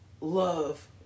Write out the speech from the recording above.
love